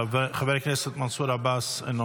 חבר הכנסת מנסור עבאס, אינו